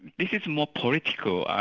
this is more political